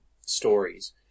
stories